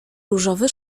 różowy